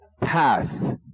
path